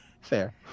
fair